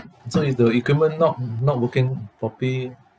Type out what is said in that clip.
so if the equipment not not working properly